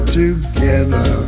together